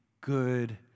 good